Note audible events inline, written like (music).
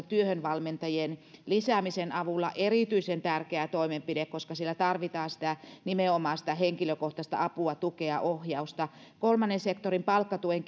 (unintelligible) työhönvalmentajien lisäämisen avulla erityisen tärkeä toimenpide koska siellä tarvitaan nimenomaan sitä henkilökohtaista apua tukea ohjausta kolmannen sektorin palkkatuen (unintelligible)